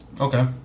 Okay